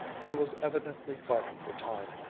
he was evidently fighting for time,